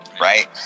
right